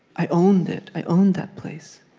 i owned it. i owned that place.